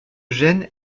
gène